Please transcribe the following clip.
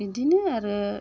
इदिनो आरो